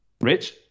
rich